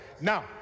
Now